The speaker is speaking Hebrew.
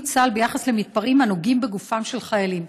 1. מהי מדיניות צה"ל ביחס למתפרעים הנוגעים בגופם של החיילים?